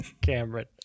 Cameron